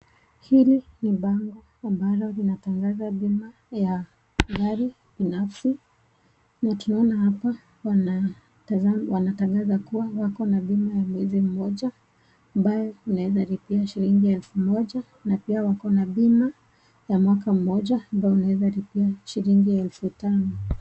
Hili ni bango ambalo lina tangaza bima ya gari binafsi, natunaona hapa wana tangaza kuwa wakona bima ya mwezi moja, ambayo unaweza lipia shilingi elfu moja, na pia wakona bima ya mwaka moja ambayo unaweza lipia shilingi elfu tano.